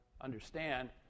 understand